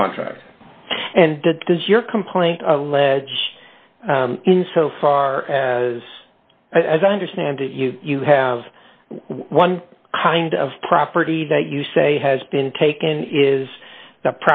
the contract and does your complaint allege in so far as as i understand it you you have one kind of property that you say has been taken is the